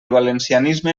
valencianisme